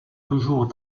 toujours